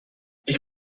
ich